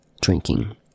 drinking